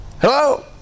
Hello